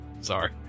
Sorry